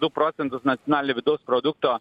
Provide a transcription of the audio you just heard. du procentus nacionalinio vidaus produkto